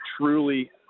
truly